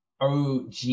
OG